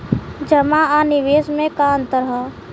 जमा आ निवेश में का अंतर ह?